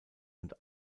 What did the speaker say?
und